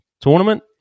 tournament